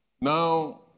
Now